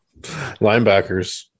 linebackers